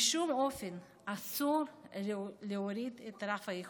בשום אופן אסור להוריד את רף האיכות.